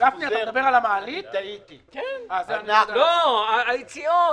המעלית עוד לא קיימת